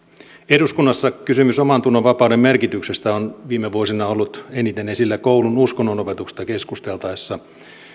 eduskunnassa kysymys omantunnonvapauden merkityksestä on viime vuosina ollut eniten esillä koulun uskonnonopetuksesta keskusteltaessa